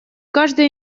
каждый